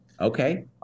Okay